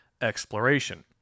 exploration